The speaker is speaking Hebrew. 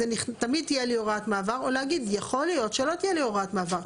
תמיד תהיה לי הוראת מעבר או להגיד יכול להיות שלא תהיה לי הוראת מעבר.